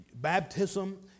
baptism